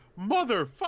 Motherfucker